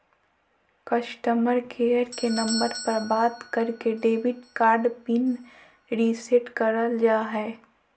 customer care के number पर बात करके डेबिट कार्ड पिन रीसेट करल जा हय